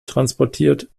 transportiert